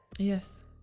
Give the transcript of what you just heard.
Yes